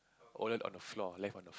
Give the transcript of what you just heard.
wallet on the floor left on the